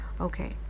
okay